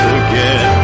again